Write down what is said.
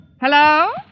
Hello